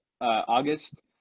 August